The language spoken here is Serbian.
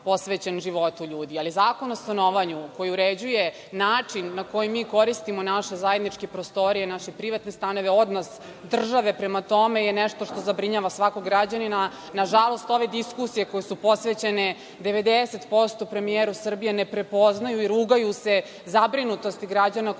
posvećen životu ljudi, ali Zakon o stanovanju koji uređuje način na koji mi koristimo naše zajedničke prostorije i naše privatne stanove, odnos države prema tome je nešto što zabrinjava svakog građanina. Nažalost, ove diskusije koje su posvećene 90% premijeru Srbije ne prepoznaju i rugaju se zabrinutosti građana koji